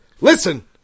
Listen